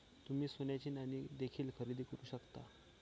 तुम्ही सोन्याची नाणी देखील खरेदी करू शकता